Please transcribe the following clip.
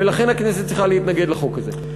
ולכן הכנסת צריכה להתנגד לחוק הזה.